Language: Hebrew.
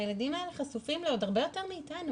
הילדים האלה חשופים לעוד הרבה יותר מאיתנו.